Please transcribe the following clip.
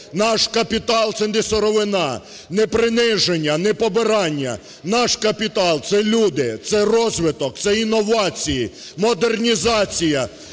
наш капітал це не сировина, не приниження, не побирання, наш капітал – це люди, це розвиток, це інновації, модернізація,